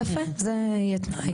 יפה, זה יהיה תנאי.